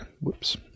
Whoops